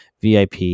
VIP